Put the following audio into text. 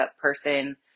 person